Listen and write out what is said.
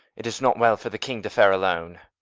it is not well for the king to fare alone.